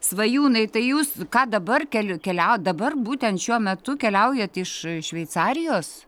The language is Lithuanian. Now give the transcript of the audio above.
svajūnai tai jūs ką dabar keliu keliaujat dabar būtent šiuo metu keliaujat iš šveicarijos